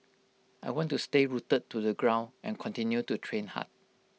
I want to stay rooted to the ground and continue to train hard